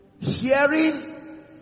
Hearing